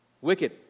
Wicked